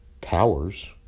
towers